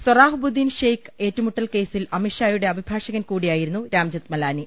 സൊറാഹ്ബുദ്ദീൻ ഷെയ്ക്ക് ഏറ്റുമുട്ടൽകേസിൽ അമിത്ഷായുടെ അഭിഭാഷകൻ കൂടിയായിരുന്നു രാംജത്ത് മലാനി